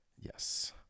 Yes